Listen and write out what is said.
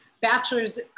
bachelor's